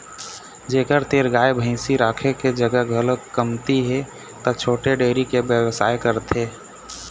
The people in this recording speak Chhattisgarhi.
जेखर तीर गाय भइसी राखे के जघा घलोक कमती हे त छोटे डेयरी के बेवसाय करथे